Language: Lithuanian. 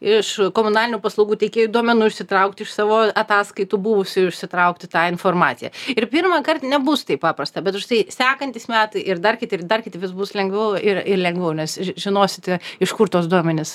iš komunalinių paslaugų teikėjų duomenų išsitraukt iš savo ataskaitų buvusių išsitraukti tą informaciją ir pirmąkart nebus taip paprasta bet užtai sekantys metai ir dar kiti ir dar kiti vis bus lengviau ir ir lengviau nes žinosite iš kur tuos duomenis